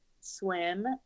swim